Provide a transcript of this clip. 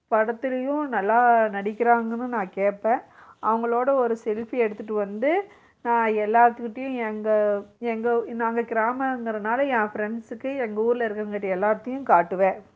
படத்திலையும் நல்லா நடிக்கிறாங்கன்னும் நா கேட்பேன் அவங்களோட ஒரு செல்ஃபி எடுத்துட்டு வந்து நா எல்லாத்துக்கிட்டையும் எங்க எங்க நாங்கள் கிராமங்கிறதனால என் ஃப்ரெண்ட்ஸுக்கு எங்கள் ஊர்ல இருக்கிறவங்கக்கிட்ட எல்லார்கிட்டையும் காட்டுவேன்